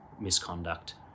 misconduct